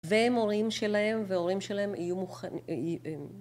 והם הורים שלהם, והורים שלהם יהיו מוכנים...